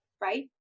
Right